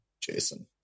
Jason